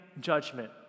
judgment